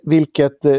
Vilket